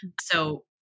So-